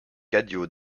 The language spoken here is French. cadio